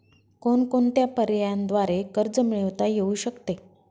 कोणकोणत्या पर्यायांद्वारे कर्ज मिळविता येऊ शकते?